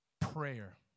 prayer